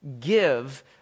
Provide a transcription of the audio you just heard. give